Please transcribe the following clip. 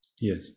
yes